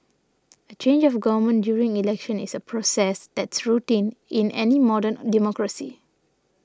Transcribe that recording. a change of government during elections is a process that's routine in any modern democracy